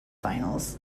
finals